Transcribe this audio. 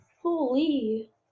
Holy